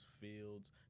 fields